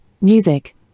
music